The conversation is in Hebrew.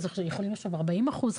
אז יכולים לחשוב 40 אחוז,